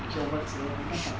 怎么直了没办法